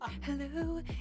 Hello